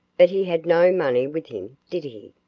but he had no money with him, did he?